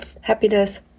happiness